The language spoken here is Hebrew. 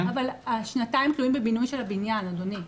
אבל השנתיים תלויים בבינוי של הבניין, אדוני.